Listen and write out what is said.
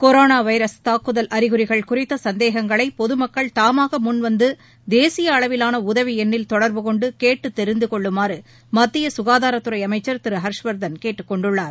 corona virus தாக்குதல் அறிகுறிகள் குறித்த சந்தேகங்களை பொதுமக்கள் தாமாக முன்வந்து தேசிய அளவிலான உதவி எண்ணில் தொடர்பு கொண்டு கேட்டு தெரிந்துகொள்ளுமாறு மத்திய சுகாதாரத்துறை அமைச்சர் திரு ஹர்ஷ்வர்தன் கேட்டுக்கொண்டுள்ளார்